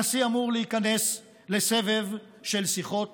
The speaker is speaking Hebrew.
הנשיא אמור להיכנס לסבב של שיחות